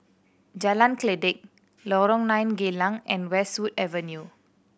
Jalan Kledek Lorong Nine Geylang and Westwood Avenue